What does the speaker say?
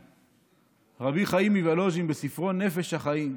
רבי חיים מוולוז'ין בספרו "נפש החיים".